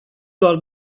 doar